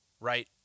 right